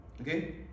Okay